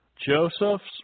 Joseph's